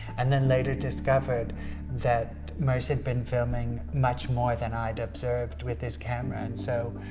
and then later discovered that merce had been filming much more than i'd observed with his camera, and so